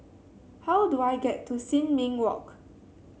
how do I get to Sin Ming Walk